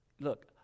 look